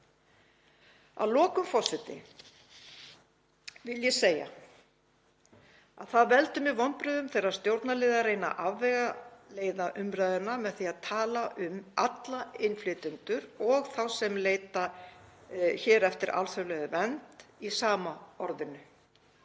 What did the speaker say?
Að lokum, forseti, vil ég segja að það veldur mér vonbrigðum þegar stjórnarliðar reyna að afvegaleiða umræðuna með því að tala um alla innflytjendur og þá sem leita hér eftir alþjóðlegri vernd í sama orðinu.